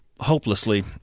hopelessly